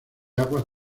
aguas